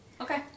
Okay